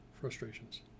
frustrations